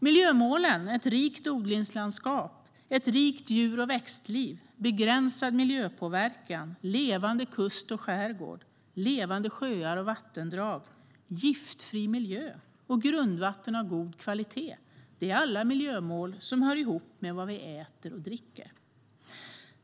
Miljömålen Ett rikt odlingslandskap, Ett rikt djur och växtliv, Begränsad klimatpåverkan, Hav i balans samt levande kust och skärgård, Levande sjöar och vattendrag, Giftfri miljö och Grundvatten av god kvalitet hör ihop med vad vi äter och dricker.